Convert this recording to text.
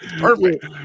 Perfect